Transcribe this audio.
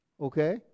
Okay